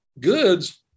goods